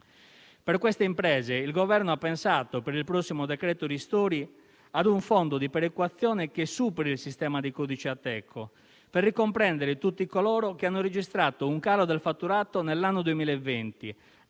Per queste imprese il Governo ha pensato, per il prossimo decreto-legge ristori, a un fondo di perequazione che superi il sistema dei codici Ateco, per ricomprendere tutti coloro che hanno registrato un calo del fatturato nell'anno 2020,